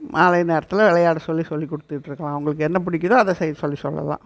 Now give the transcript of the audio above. மாலை நேரத்தில் விளையாட சொல்லி சொல்லிக் கொடுத்துட்ருக்கலாம் அவங்களுக்கு என்ன பிடிக்குதோ அதை செய்ய சொல்லி சொல்லலாம்